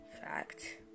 fact